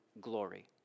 glory